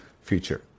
future